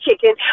chicken